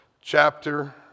chapter